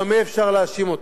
במה אפשר להאשים אותה.